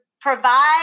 provide